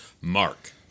Mark